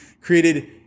created